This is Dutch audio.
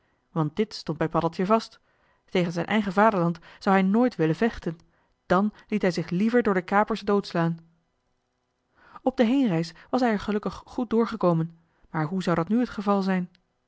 want dit stond bij paddeltje vast tegen zijn eigen vaderland zou hij nooit willen vechten dan liet hij zich liever door de kapers doodslaan op de heenreis was hij er gelukkig goed doorgekomen maar hoe zou dat nu het geval zijn